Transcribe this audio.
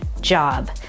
job